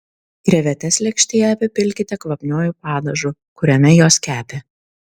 krevetes lėkštėje apipilkite kvapniuoju padažu kuriame jos kepė